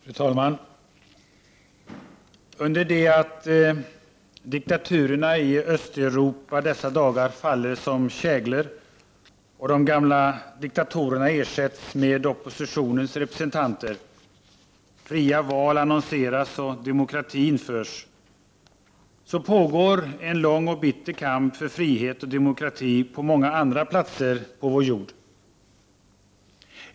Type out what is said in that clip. Fru talman! Under det att diktaturerna i Östeuropa dessa dagar faller som käglor och de gamla diktatorerna ersätts med oppositionens representanter, fria val annonseras och demokrati införs pågår en lång och bitter kamp för frihet och demokrati på många andra platser på vår jord.